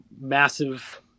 massive